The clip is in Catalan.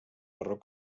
marroc